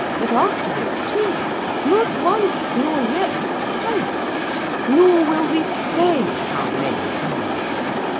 but afterwards too not once, nor yet twice nor will we say how many times.